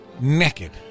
naked